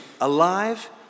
alive